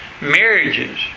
marriages